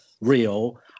real